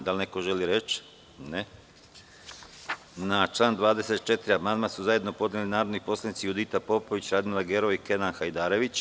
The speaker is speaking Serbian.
Da li neko želi reč? (Ne) Na član 24. amandman su zajedno podneli narodni poslanici Judita Popović, Radmila Gerov i Kenan Hajdarević.